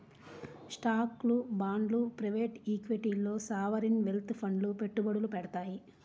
స్టాక్లు, బాండ్లు ప్రైవేట్ ఈక్విటీల్లో సావరీన్ వెల్త్ ఫండ్లు పెట్టుబడులు పెడతాయి